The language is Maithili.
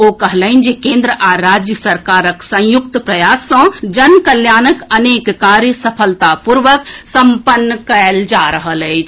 ओ कहलनि जे केन्द्र आ राज्य सरकारक संयुक्त प्रयास सँ जन कल्याणक अनेक कार्य सफलतापूर्वक सम्पन्न कयल जा रहल अछि